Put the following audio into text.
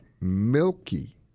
milky